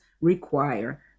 require